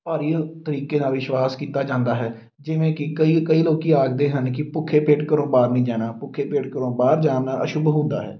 ਭਾਰੀ ਤਰੀਕੇ ਨਾਲ ਵਿਸ਼ਵਾਸ ਕੀਤਾ ਜਾਂਦਾ ਹੈ ਜਿਵੇਂ ਕਿ ਕਈ ਕਈ ਲੋਕੀਂ ਆਖਦੇ ਹਨ ਕਿ ਭੁੱਖੇ ਪੇਟ ਘਰੋਂ ਬਾਹਰ ਨਹੀਂ ਜਾਣਾ ਭੁੱਖੇ ਪੇਟ ਘਰੋਂ ਬਾਹਰ ਜਾਣ ਨਾਲ ਅਸ਼ੁੱਭ ਹੁੰਦਾ ਹੈ